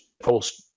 false